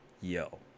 yo